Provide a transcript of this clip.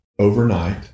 Overnight